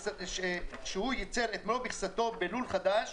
שהוא ייצר את מלוא מכסתו בלול חדש